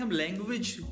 language